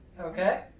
Okay